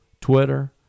Twitter